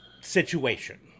situation